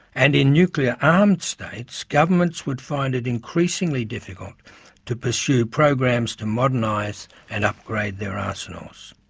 and, in nuclear-armed states, governments would find it increasingly difficult to pursue programmes to modernise and upgrade their arsenals.